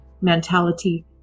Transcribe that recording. mentality